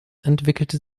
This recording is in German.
entwickelte